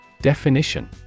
Definition